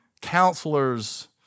counselors